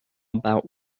about